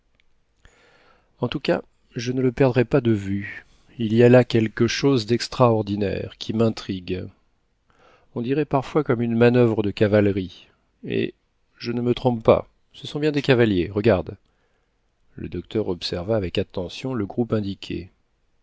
en tout cas je ne le perdrai pas de vue il y a là quelque chose dextraordinaire qui m'intrigue on dirait parfois comme une manuvre de cavalerie eh je ne me trompe pas ce sont bien des cavaliers regarde le docteur observa avec attention le groupe indiqué